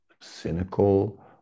cynical